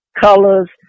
colors